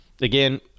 again